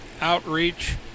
outreach